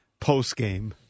postgame